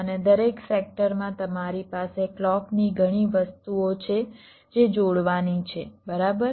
અને દરેક સેક્ટરમાં તમારી પાસે ક્લૉકની ઘણી વસ્તુઓ છે જે જોડાવાની છે બરાબર